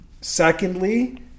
Secondly